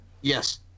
Yes